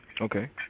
Okay